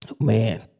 man